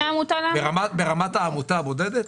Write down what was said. ברמת העמותה הבודדת?